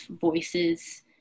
voices